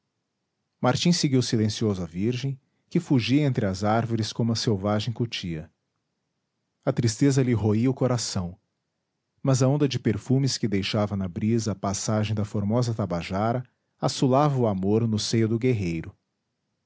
martim seguiu silencioso a virgem que fugia entre as árvores como a selvagem cutia a tristeza lhe roía o coração mas a onda de perfumes que deixava na brisa a passagem da formosa tabajara açulava o amor no seio do guerreiro